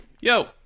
Yo